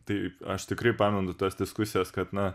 tai aš tikrai pamenu tas diskusijas kad na